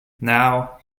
now